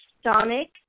stomach